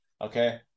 Okay